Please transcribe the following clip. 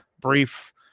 brief